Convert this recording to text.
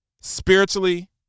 spiritually